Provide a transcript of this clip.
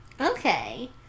okay